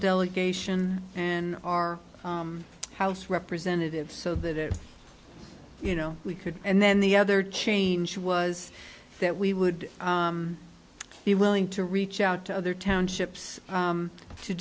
delegation and our house representatives so that you know we could and then the other change was that we would be willing to reach out to other townships